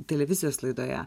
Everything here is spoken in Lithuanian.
televizijos laidoje